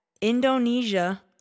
Indonesia